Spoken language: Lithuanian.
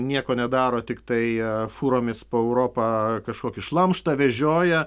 nieko nedaro tiktai fūromis po europą kažkokį šlamštą vežioja